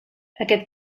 aquest